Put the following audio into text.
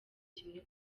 kimwe